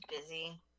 busy